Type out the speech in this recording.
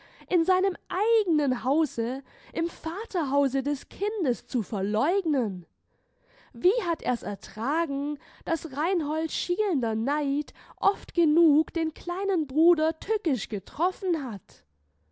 in seinem eigenen hause im vaterhause des kindes zu verleugnen wie hat er's ertragen daß reinholds schielender neid oft genug den kleinen bruder tückisch getroffen hat